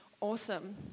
Awesome